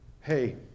Hey